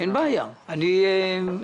אין בעיה, מה שתהיה הסכמה.